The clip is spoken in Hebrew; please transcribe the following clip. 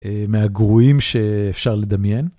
מהגרועים שאפשר לדמיין.